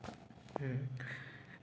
ᱦᱮᱸ